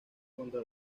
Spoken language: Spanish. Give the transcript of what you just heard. contra